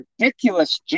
ridiculous